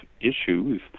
issues